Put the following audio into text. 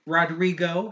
Rodrigo